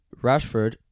Rashford